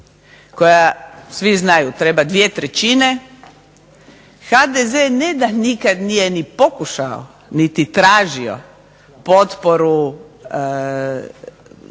koja svi znaju treba dvije trećine HDZ ne da nikad nije ni pokušao niti tražio potporu